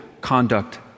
conduct